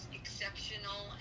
exceptional